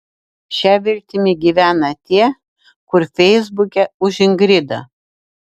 šia viltimi gyvena tie kur feisbuke už ingridą